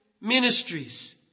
ministries